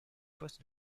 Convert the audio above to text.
poste